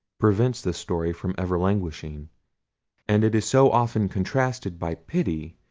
prevents the story from ever languishing and it is so often contrasted by pity,